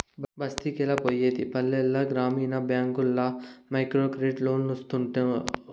బస్తికెలా పోయేది పల్లెల గ్రామీణ బ్యాంకుల్ల మైక్రోక్రెడిట్ లోన్లోస్తుంటేను